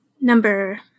Number